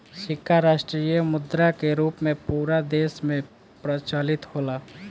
सिक्का राष्ट्रीय मुद्रा के रूप में पूरा देश में प्रचलित होला